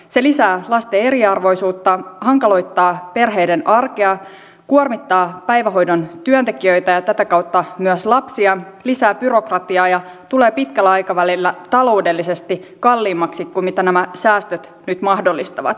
se lisää lasten eriarvoisuutta hankaloittaa perheiden arkea kuormittaa päivähoidon työntekijöitä ja tätä kautta myös lapsia lisää byrokratiaa ja tulee pitkällä aikavälillä taloudellisesti kalliimmaksi kuin nämä säästöt nyt mahdollistavat